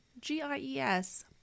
g-i-e-s